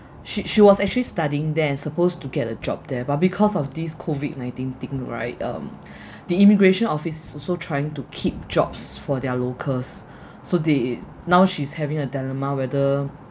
she she was actually studying there supposed to get a job there but because of this COVID nineteen thing right um the immigration office is also trying to keep jobs for their locals so they now she's having a dilemma whether